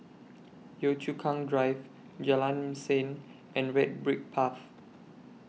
Yio Chu Kang Drive Jalan Mesin and Red Brick Path